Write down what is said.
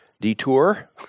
detour